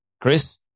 Chris